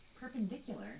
perpendicular